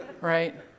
Right